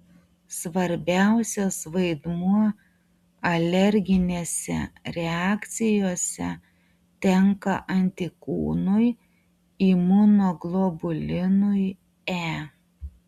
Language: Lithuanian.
svarbiausias vaidmuo alerginėse reakcijose tenka antikūnui imunoglobulinui e